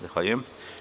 Zahvaljujem.